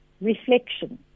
reflection